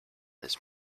this